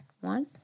one